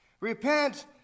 Repent